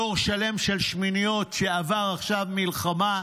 דור שלם של שמיניות שעבר עכשיו מלחמה,